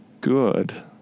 good